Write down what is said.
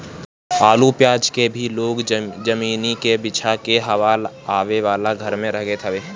आलू पियाज के भी लोग जमीनी पे बिछा के हवा आवे वाला घर में रखत हवे